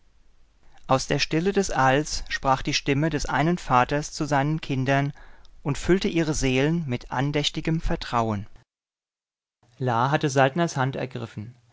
aus der stille des alls sprach die stimme des einen vaters zu seinen kindern und füllte ihre seelen mit andächtigem vertrauen la hatte saltners hand ergriffen